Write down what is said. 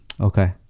Okay